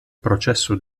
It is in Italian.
processo